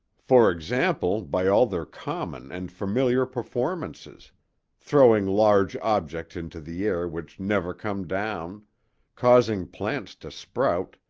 for example, by all their common and familiar performances throwing large objects into the air which never come down causing plants to sprout,